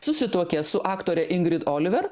susituokė su aktore ingrid oliver